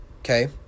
Okay